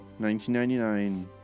1999